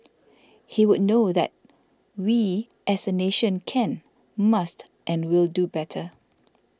he would know that we as a nation can must and will do better